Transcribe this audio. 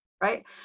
right